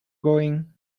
going